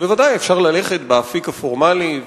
בוודאי אפשר ללכת באפיק הפורמלי,